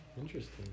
Interesting